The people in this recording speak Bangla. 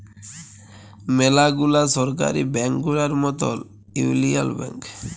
ম্যালা গুলা সরকারি ব্যাংক গুলার মতল ইউলিয়াল ব্যাংক